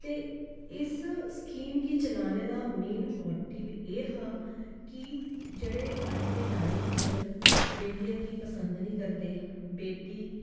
ते इस स्कीम गी चलाने दा मेन मोटिव एह् हा कि जेह्ड़े अज्ज दे टाइम च बेटियै गी पसंद नेईं करदे बेटी